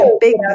big